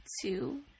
Two